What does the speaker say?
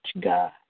God